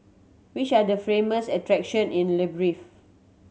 which are the famous attractions in Libreville